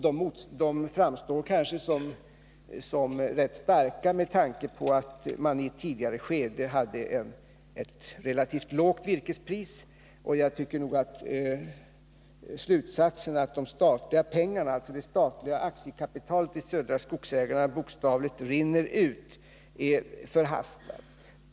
De framstår kanske som rätt starka med tanke på att man i ett tidigare skede hade ett relativt lågt virkespris. Jag tycker att slutsatsen, att de statliga pengarna — alltså det statliga aktiekapitalet — i Södra Skogsägarna bokstavligen rinner ut, är förhastad.